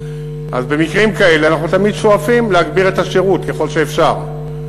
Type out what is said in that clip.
במקרים כאלה אנחנו תמיד שואפים להגביר את השירות ככל האפשר,